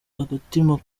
agatima